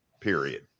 period